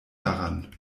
daran